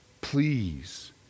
please